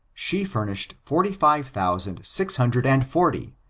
she furnished forty-five thousand six hundred and forty,